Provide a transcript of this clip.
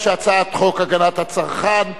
ההצעה להעביר את הצעת חוק הגנת הצרכן (תיקון,